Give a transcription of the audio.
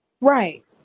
Right